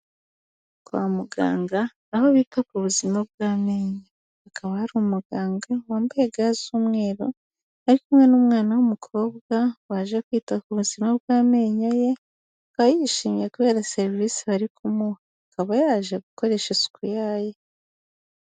Kwa muganga aho bitaga bu ubuzima bw'amenyo akaba yari umuganga wambaye ga z'umweru ari kumwe n'umwana w'umukobwa baje kwita ku buzima bw'amenyo ye akaba yishimye kubera serivisi bari kumuha akaba yaje gukoresha isuku yayo.